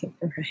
Right